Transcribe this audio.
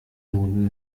nun